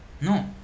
no